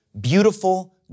beautiful